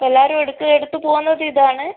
ഇപ്പോൾ എല്ലാവരും എടുത്ത് എടുത്ത് പോകുന്നതും ഇതാണ്